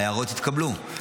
ההערות התקבלו.